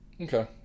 okay